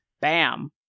Bam